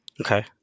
Okay